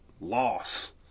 loss